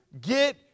get